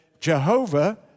Jehovah